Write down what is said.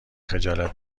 خجالت